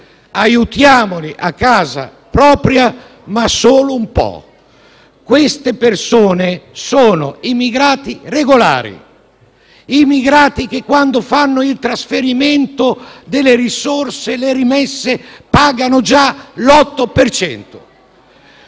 Aiutiamoli a casa propria, ma solo un po'. Queste persone sono immigrati regolari, che quando fanno il trasferimento delle risorse (le rimesse) pagano già l'8